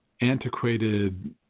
antiquated